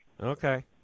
Okay